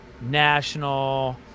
national